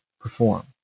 perform